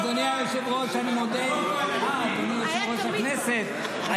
אדוני היושב-ראש יושב הכנסת,